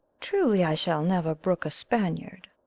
truly i shall never brook a spaniard.